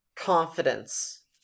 confidence